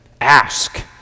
ask